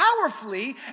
powerfully